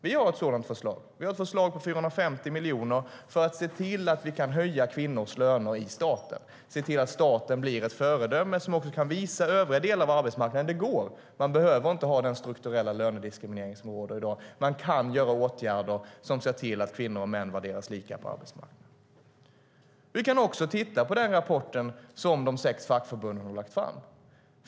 Miljöpartiet har ett förslag på 450 miljoner för att höja kvinnors löner i staten och se till att staten blir ett föredöme, visa övriga delar av arbetsmarknaden att det är möjligt och att den strukturella lönediskrimineringen inte behöver råda i dag. Det går att vidta åtgärder som ser till att kvinnor och män värderas lika på arbetsmarknaden. Låt oss se på den rapport som de sex fackförbunden har lagt fram.